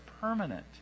permanent